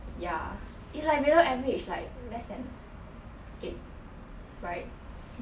ya it's like below average like less than eight right